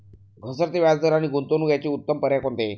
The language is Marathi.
घसरते व्याजदर आणि गुंतवणूक याचे उत्तम पर्याय कोणते?